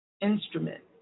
instrument